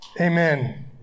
Amen